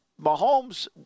Mahomes